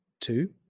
Two